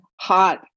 hot